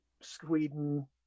Sweden